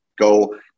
go